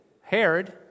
Herod